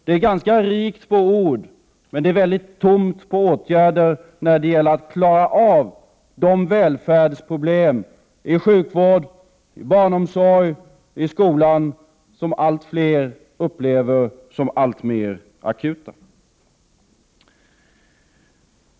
Det är ganska rikt på ord, men det är väldigt tomt på åtgärder när det gäller att klara av de välfärdsproblem inom sjukvård, barnomsorg och skola som allt fler upplever som alltmer akuta.